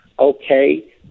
okay